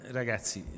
ragazzi